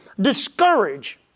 Discourage